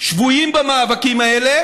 שבויים במאבקים האלה,